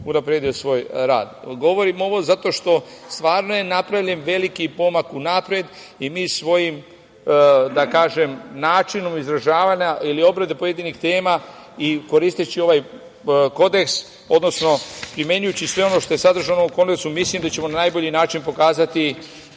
unapredio svoj rad. Govorim ovo zato što stvarno je napravljen veliki pomak unapred i mi svojim, da kažem, načinom izražavanja ili obrade pojedinih tema i koristeći ovaj kodeks, odnosno primenjujući sve ono što je sadržano u kodeksu, mislim da ćemo na najbolji način pokazati